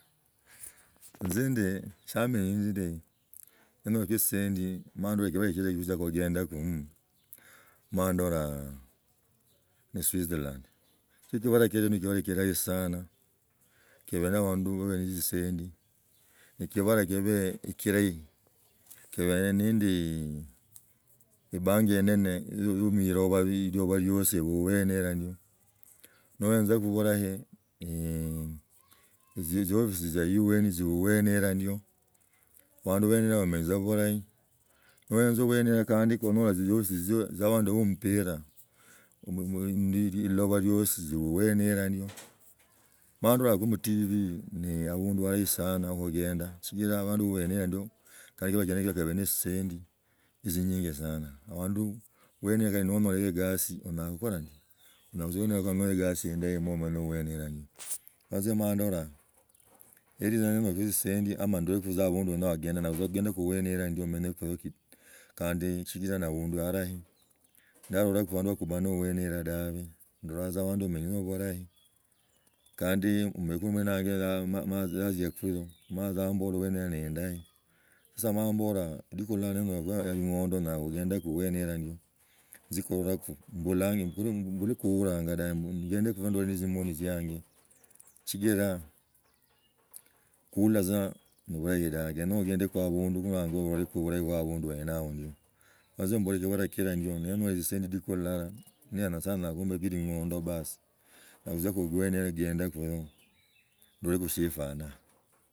Nzi ndi shiminyi nzi ndi ndamalaks isisendi mandola kibala kilahi kiu gutzia kugendakamu mandoa ne switzerlands sichira kibala hikio ne kibala kirahi sana. Kiba na abandu baiba netzisenli ne kibala kaha ekirahi kib nende ebanki yenene yo musiloba, liloba liosi cuena hila ndiyo noenzags bsrahi ni ziof. s zia un ziuwena ina ndiyo abandu bwena ila bamenyi tza bulahi, ngenza bwene ila kandi kunyola ziofisi tza abandu bo omspira. Musiloba riosi ziuwena ila ndyo, mala ndolaku mu tv ne abundu alah sana kugenda chikiraa abands bene ila ndyo kali kibula kirene bali ni tzisand tzinying sana, abandu hwene ila mba kandi honyolanyi egasi onyala kugola ndi unyala kutzia abwene ila ndyo monyoloyo egos. Momenyeyo sasa enzi emala endolaa mbu either mbeek na tzisendi ama ndolekhu abundu nuwagenda npusagendeku ubwene ila ndyo lomonyekoyo kili, kandi chikira na abinds arahi ndarolaks abandu bakseana abwene ira daba ndolaa tza abands bamenyi tza burahi kand mbaks no mulina wanja yatziakoyo maambula bwene hiyo neendahi. Sasa moraa emboraa lidiks ilala nenyola ling’ombe, nyara kugendaku ebwene ila ndyo nzi kulolaks mbslaani mbula kuulanga dabe gendeks nilola ni temoni tziange sigilaa kssla tzo kebslahi daba knenya ogendeko absnds nololeks obilahi busa abundu wenje hoho nzi mbalanga wakakila ndyo nenyola tzisendi lidiki ulala nia nyasaye onyala kumbaks ling’ong’o baas, nyala kuzidks bsene ila kugendakoyo ndoleks shierwanaa.